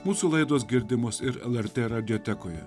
mūsų laidos girdimos ir lrt radiotekoje